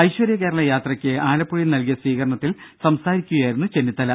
ഐശ്വര്യ കേരള യാത്രയ്ക്ക് ആലപ്പുഴയിൽ നൽകിയ സ്വീകരണത്തിൽ സംസാരിക്കുകയായിരുന്നു ചെന്നിത്തല